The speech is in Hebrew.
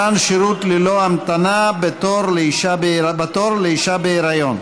מתן שירות ללא המתנה בתור לאישה בהיריון),